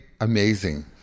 amazing